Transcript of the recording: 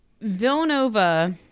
Villanova